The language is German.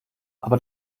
aber